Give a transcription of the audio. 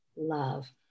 Love